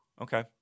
Okay